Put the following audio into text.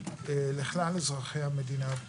לכלל אזרחי המדינה.